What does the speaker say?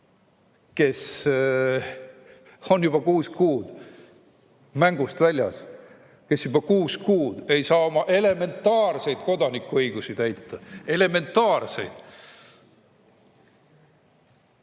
kes on juba kuus kuud mängust väljas, kes juba kuus kuud ei saa oma elementaarseid kodanikuõigusi kasutada. Elementaarseid!